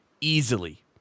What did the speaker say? easily